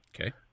Okay